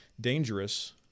dangerous